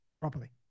properly